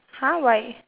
!huh! why